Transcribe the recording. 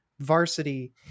varsity